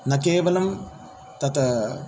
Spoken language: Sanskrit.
न केवलं तत्